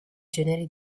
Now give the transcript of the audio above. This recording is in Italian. generi